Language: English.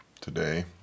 Today